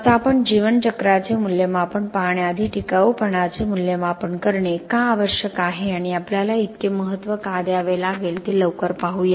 आता आपण जीवनचक्राचे मूल्यमापन पाहण्याआधी टिकाऊपणाचे मूल्यांकन करणे का आवश्यक आहे आणि आपल्याला इतके महत्त्व का द्यावे लागेल ते लवकर पाहू या